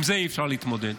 עם זה אי-אפשר להתמודד.